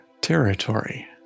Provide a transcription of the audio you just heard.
territory